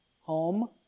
home